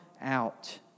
out